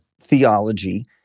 theology